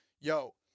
Yo